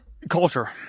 Culture